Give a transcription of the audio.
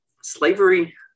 slavery